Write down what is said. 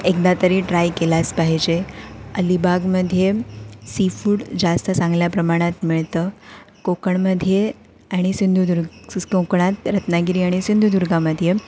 एकदा तरी ट्राय केलाच पाहिजे अलिबागमध्ये सीफूड जास्त चांगल्या प्रमाणात मिळतं कोकणामध्ये आणि सिंधुदुर्ग कोकणात रत्नागिरी आणि सिंधुदुर्गामध्ये